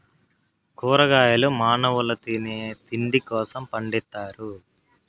కూరగాయలు మానవుల తినే తిండి కోసం పండిత్తారు